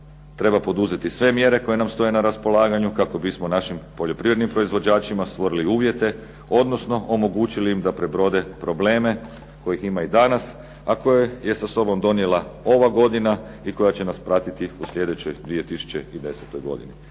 treba poduzeti sve mjere koje nam stoje na raspolaganju kako bismo našim poljoprivrednim proizvođačima stvorili uvjete, odnosno omogućili im da prebrode probleme kojih ima i danas, a koje je sa sobom donijela ova godina i koja će nas pratiti u sljedećoj 2010. godini.